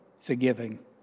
forgiving